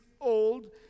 old